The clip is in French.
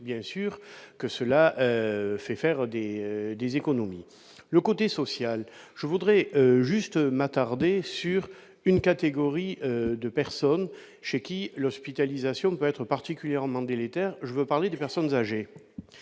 que l'ambulatoire fait faire des économies. Sur le plan social, je voudrais juste m'attarder sur une catégorie de personnes chez qui l'hospitalisation peut être particulièrement délétère : je veux parler des personnes âgées.